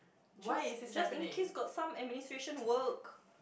just just in case got some administration work